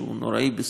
שהיא נוראה בסין,